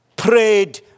prayed